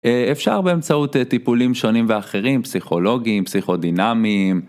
אפשר באמצעות טיפולים שונים ואחרים, פסיכולוגיים, פסיכודינמיים.